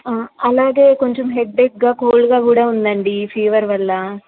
అలాగే కొంచం హెడ్ఏక్గా కోల్డ్గా కూడా ఉందండి ఫీవర్ వల్ల